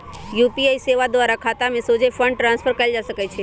UPI सेवा द्वारा खतामें सोझे फंड ट्रांसफर कएल जा सकइ छै